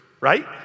right